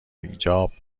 ایجاب